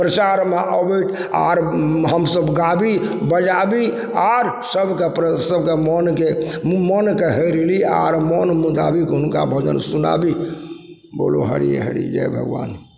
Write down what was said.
प्रचारमे अबय आओर हमसभ गाबी बजाबी आओर सबके मोनके मोनके हरि ली आर मोन मोताबिक हुनका भजन सुनाबी बोलो हरि हरि जय भगवान